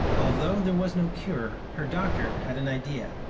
although there was no cure, her doctor had an idea,